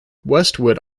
westwood